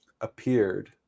appeared